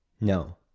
no